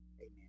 Amen